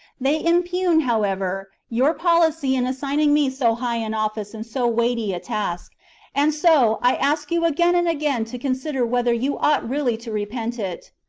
they impugn, however, your policy in assigning me so high an office and so weighty a task and, so, i ask you again and again to consider whether you ought really to repent it.